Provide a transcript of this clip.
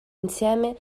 insieme